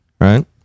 Right